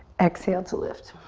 exhale to lift.